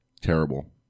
terrible